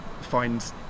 find